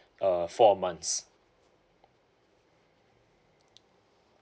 uh four months